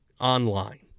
online